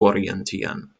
orientieren